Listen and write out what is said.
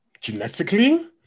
genetically